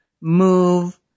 move